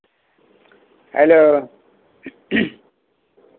hello